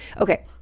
Okay